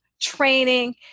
training